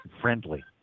friendly